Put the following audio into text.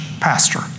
pastor